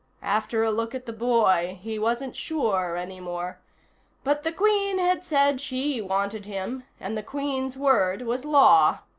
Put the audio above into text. after a look at the boy, he wasn't sure any more but the queen had said she wanted him, and the queen's word was law.